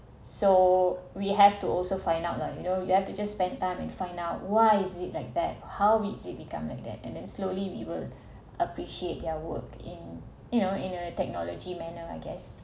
so we have to also find out like you know you have to just spend time in find out why is it like that how is it become like that and then slowly we will appreciate their work in you know in a technology manner I guess